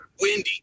windy